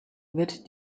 wird